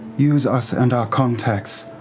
use us and our contacts